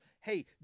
hey